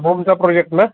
होमचा project ना